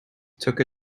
took